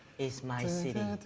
is my city,